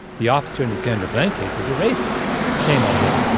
the officer in the sandra bland case is a racist. shame on him.